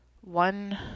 One